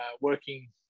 Working